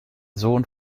sohn